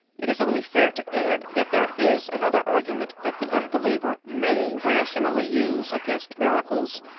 it is only fair to add that there is another argument that the unbeliever may rationally use against miracles,